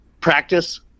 Practice